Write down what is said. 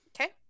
Okay